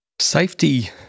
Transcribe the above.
Safety